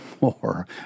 more